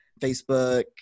Facebook